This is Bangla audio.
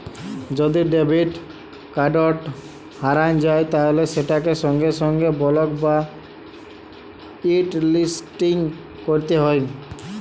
যদি ডেবিট কাড়ট হারাঁয় যায় তাইলে সেটকে সঙ্গে সঙ্গে বলক বা হটলিসটিং ক্যইরতে হ্যয়